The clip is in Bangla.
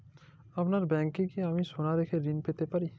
আপনার ব্যাংকে কি আমি সোনা রেখে ঋণ পেতে পারি?